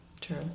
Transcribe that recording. True